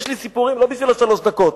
ויש לי סיפורים, לא בשביל שלוש דקות.